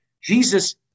Jesus